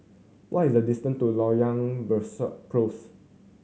what is the distance to Loyang Besar Close